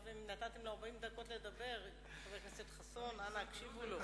נתתם לו 40 דקות לדבר, אנא הקשיבו לו.